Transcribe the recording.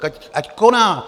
Tak ať koná!